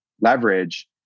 leverage